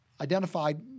Identified